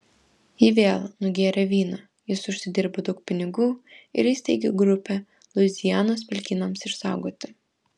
ji vėl nugėrė vyno jis užsidirbo daug pinigų ir įsteigė grupę luizianos pelkynams išsaugoti